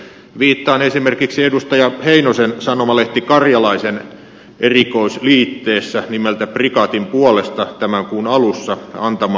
viittaan esimerkiksi edustaja heinosen sanomalehti karjalaisen erikoisliitteessä nimeltä prikaatin puolesta tämän kuun alussa antamaan lausumaan